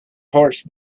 horse